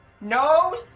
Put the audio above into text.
No